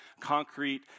concrete